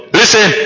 listen